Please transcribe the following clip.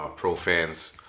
profans